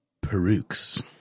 perukes